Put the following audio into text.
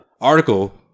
article